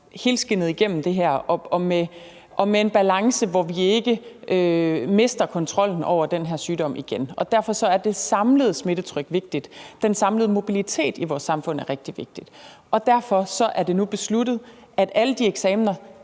helskindet igennem det her og med en balance, hvor vi ikke mister kontrollen over den her sygdom igen. Og derfor er det samlede smittetryk vigtigt, den samlede mobilitet i vores samfund er rigtig vigtig, og derfor er det nu besluttet, at man ved alle de eksamener,